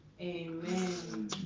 Amen